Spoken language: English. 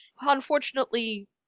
unfortunately